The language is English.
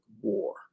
war